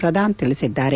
ಪ್ರದಾನ್ ತಿಳಿಸಿದ್ದಾರೆ